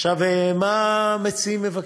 עכשיו, מה המציעים מבקשים?